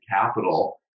capital